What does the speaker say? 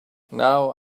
now